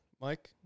Mike